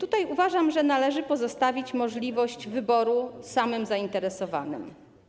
Uważam, że należy pozostawić możliwość wyboru samym zainteresowanym.